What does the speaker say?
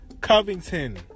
Covington